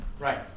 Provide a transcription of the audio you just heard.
Right